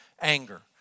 anger